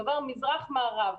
מזרח ומערב.